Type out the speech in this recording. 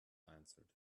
answered